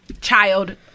child